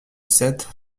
sept